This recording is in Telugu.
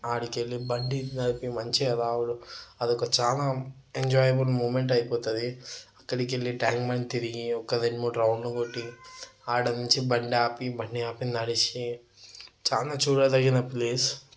అక్కడికెళ్ళి బండి నడిపి మంచిగా రావడం అదొక చానా ఎంజాయిబుల్ మూమెంట్ అయిపోతుంది అక్కడికెళ్ళి ట్యాంక్ బండ్ తిరిగి ఒక రెండు మూడు రౌండ్లు కొట్టి అక్కడ నుంచి బండ ఆపి బండి ఆపి నడిచి చాలా చూడదగిన ప్లేస్